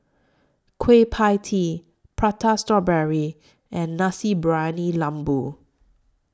Kueh PIE Tee Prata Strawberry and Nasi Briyani Lembu